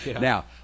Now